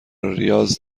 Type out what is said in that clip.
ریاض